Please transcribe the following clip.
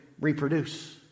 reproduce